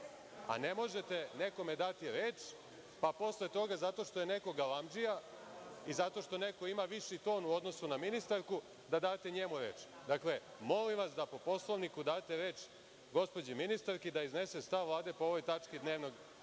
Ne možete nekome dati reč, pa posle toga zato što je neko galamdžija i zato što neko ima viši ton u odnosu na ministarku, da date njemu reč. Dakle, molim vas da po Poslovniku date reč gospođi ministarki da iznese stav Vlade po ovoj tački dnevnog